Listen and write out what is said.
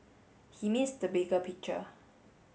he missed the bigger picture